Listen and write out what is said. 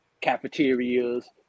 cafeterias